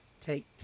take